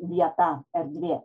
vieta erdvė